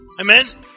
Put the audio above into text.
Amen